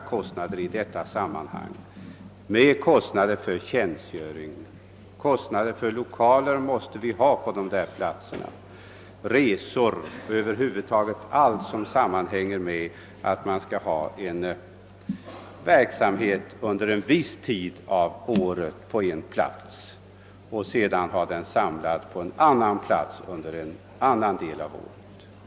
Kostnader för lokaler får man ändå, och därtill kommer kostnader för resor och över huvud taget allt som sammanhänger med att verksamheten under en viss del av året är förlagd till en viss plats och att den därefter är samlad på en annan plats under resten av året.